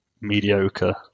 mediocre